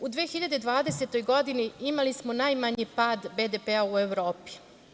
U 2020. godini imali smo najmanji pad BDP u Evropi.